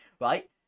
right